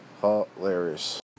Hilarious